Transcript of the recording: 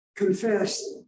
confessed